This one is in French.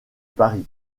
paris